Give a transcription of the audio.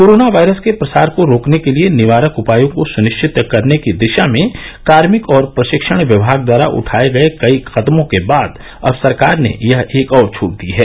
corona virus के प्रसार को रोकने के लिए निवारक उपायों को सुनिश्चित करने की दिशा में कार्मिक और प्रशिक्षण विभाग द्वारा उठाए गए कई कदमों के बाद अब सरकार ने यह एक और छूट दी है